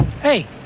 Hey